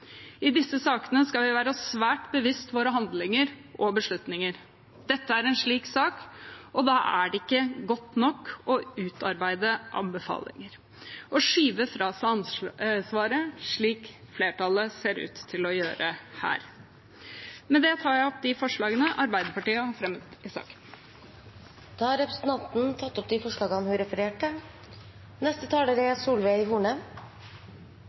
I disse sakene skal vi være oss svært bevisst våre handlinger og beslutninger. Dette er en slik sak, og da er det ikke godt nok å utarbeide anbefalinger og skyve fra seg ansvaret, slik flertallet ser ut til å gjøre her. Med det tar jeg opp de forslagene Arbeiderpartiet har fremmet i saken. Da har representanten Aasen-Svensrud tatt opp de forslagene hun refererte til. Hver dag er